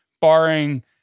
barring